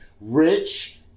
Rich